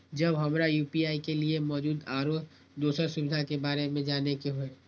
जब हमरा यू.पी.आई के लिये मौजूद आरो दोसर सुविधा के बारे में जाने के होय?